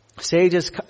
Sages